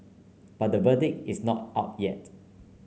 but the verdict is not out yet